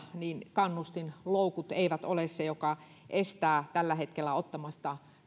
kannustinloukut eivät ole se joka estää tällä hetkellä ottamasta